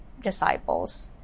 disciples